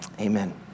Amen